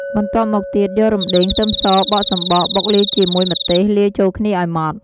បន្ទាប់មកទៀតយករំដេង ខ្ទឹមស បកសំបក បុកលាយជាមួយម្ទេស លាយចូលគ្នាឱ្យម៉ដ្ឋ ។